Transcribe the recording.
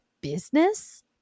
business